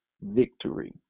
victory